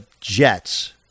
Jets